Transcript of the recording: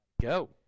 Go